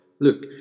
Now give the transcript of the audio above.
Look